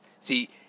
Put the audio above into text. see